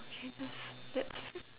okay that's that's